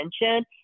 attention